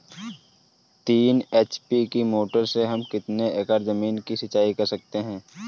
तीन एच.पी की मोटर से हम कितनी एकड़ ज़मीन की सिंचाई कर सकते हैं?